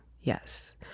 yes